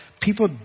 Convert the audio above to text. people